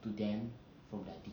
to them from their teacher